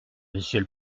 monsieur